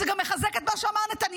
זה גם מחזק את מה שאמר נתניהו,